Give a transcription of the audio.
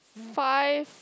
five